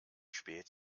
spät